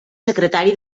secretari